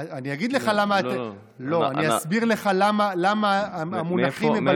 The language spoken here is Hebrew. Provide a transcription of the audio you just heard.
אני אסביר לך למה המונחים מבלבלים.